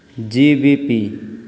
G V P